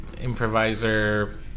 improviser